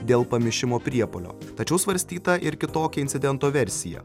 dėl pamišimo priepuolio tačiau svarstyta ir kitokia incidento versija